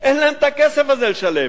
אין להן הכסף הזה לשלם.